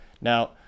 Now